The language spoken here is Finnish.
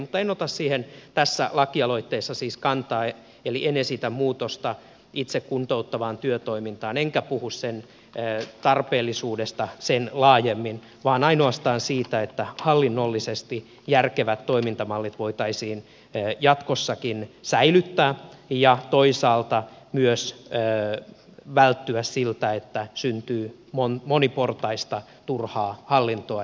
mutta en ota siihen tässä lakialoitteessa siis kantaa eli en esitä muutosta itse kuntouttavaan työtoimintaan enkä puhu sen tarpeellisuudesta sen laajemmin vaan ainoastaan siitä että hallinnollisesti järkevät toimintamallit voitaisiin jatkossakin säilyttää ja toisaalta myös välttyä siltä että syntyy moniportaista turhaa hallintoa ja byrokratiaa